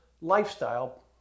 lifestyle